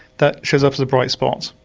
that shows up as a bright spot.